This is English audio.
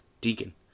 Deacon